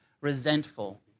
resentful